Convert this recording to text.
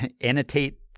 annotate